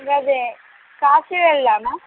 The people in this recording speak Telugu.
అదే కాశి వెళ్దామా